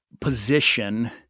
position